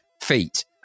feet